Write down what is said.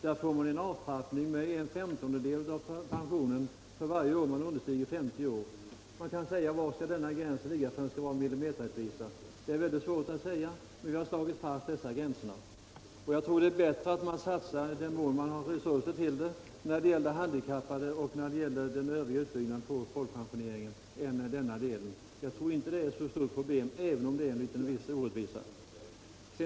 De får en avtrappning av pensionen med 1/15 för varje år som deras ålder understiger 50 år. Man kan fråga sig: Var skall gränsen gå för att det skall råda millimeterrättvisa? Det är svårt att säga, men vi har slagit fast dessa gränser. Jag tror att det är bättre att vi — i den mån vi har resurser till det — satsar på att förbättra villkoren för de handikappade och på den övriga utbyggnaden av folkpensioneringen än att vi tar bort inkomstprövningen för dem som blivit änkor före den 1 juli 1960. Jag tror inte att den är ett så stort problem, även om den innebär en viss orättvisa.